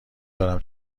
دارم